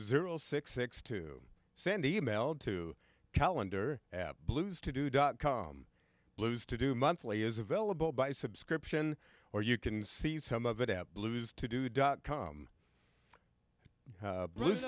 zero six six to send email to calendar blues to do dot com blues to do monthly is available by subscription or you can see some of it at blues to do dot com blues